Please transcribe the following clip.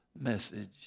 message